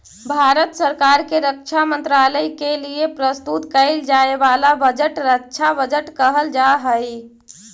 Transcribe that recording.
भारत सरकार के रक्षा मंत्रालय के लिए प्रस्तुत कईल जाए वाला बजट रक्षा बजट कहल जा हई